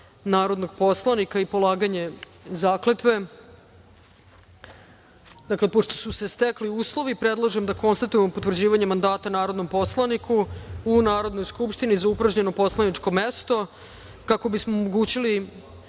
narodnog poslanika i polaganje zakletve. Dakle, pošto su se stekli uslovi predlažem da konstatujem potvrđivanje mandata narodnom poslaniku u Narodnoj skupštini za upražnjeno poslaničko mesto kako bismo omogućili